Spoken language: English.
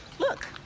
look